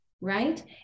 right